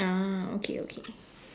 ah okay okay